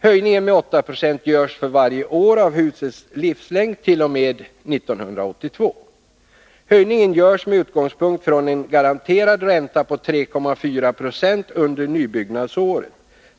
Höjningen med 8 90 görs för varje år av husets livslängd t.o.m. 1982. Höjningen görs med utgångspunkt i en garanterad ränta på 3,4 20 under nybyggnadsåret.